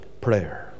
prayer